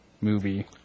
movie